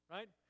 Right